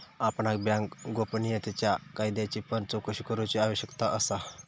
आपणाक बँक गोपनीयतेच्या कायद्याची पण चोकशी करूची आवश्यकता असा